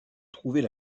trouvait